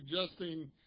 suggesting